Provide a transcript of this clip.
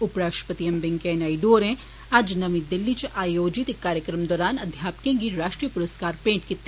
उप राष्ट्रपति एम वैंकेय्या नायडू होरें अज्ज नर्मी दिल्ली च आयोजित इक कार्यक्रम दौरान अध्यापमें गी राष्ट्रीय पुरुस्कार भेंट कीता